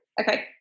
Okay